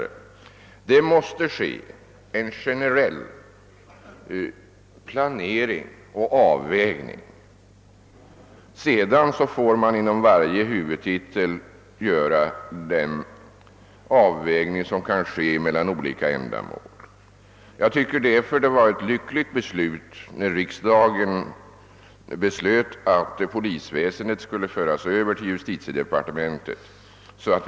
Nej, det måste ske en generell planering och fördelning, och sedan får man inom varje huvudtitel göra avvägningen mellan olika ändamål. Jag tycker därför att det var ett lyckligt beslut som riksdagen fattade när den bestämde att polisväsendet skulle föras över till justitiedepartementet.